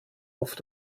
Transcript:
oft